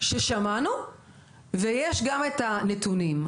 ששמענו ויש גם את הנתונים,